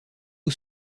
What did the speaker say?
eau